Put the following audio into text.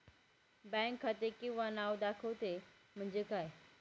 Bank खाते किंवा नाव दाखवते म्हणजे काय?